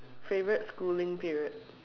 favorite schooling period